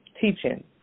teaching